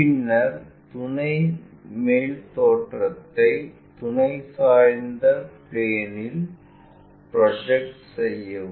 பின்னர் துணை மேல் தோற்றத்தை துணை சாய்ந்த பிளேன்இல் ப்ரொஜெக்ட் செய்யவும்